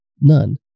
None